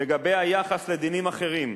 לגבי היחס לדינים אחרים,